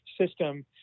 system